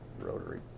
rotary